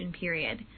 period